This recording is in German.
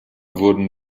wurden